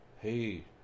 Hey